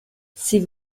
sie